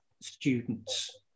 student's